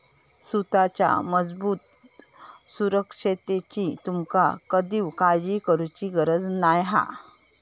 सुताच्या मजबूत सुरक्षिततेची तुमका कधीव काळजी करुची गरज नाय हा